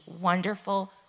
wonderful